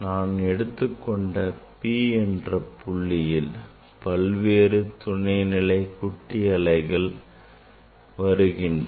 நான் எடுத்துக்கொண்ட P என்ற புள்ளியில் பல்வேறு துணைநிலை குட்டி அலைகளை வருகின்றன